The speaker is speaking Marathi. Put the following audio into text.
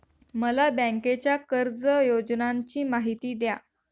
मला बँकेच्या कर्ज योजनांची माहिती द्या